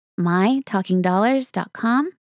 mytalkingdollars.com